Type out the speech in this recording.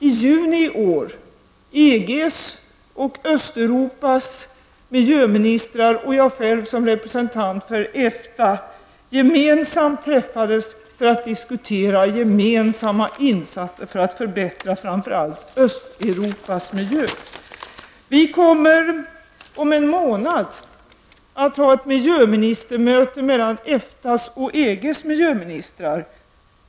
I juni i år träffades EGs och Östeuropas miljöministrar och jag själv som representant för EFTA för att diskutera gemensamma insatser för att förbättra framför allt Östeuropas miljö. Vi kommer om en månad att ha ett miljöministermöte mellan EGs och EFTAs miljöministrar.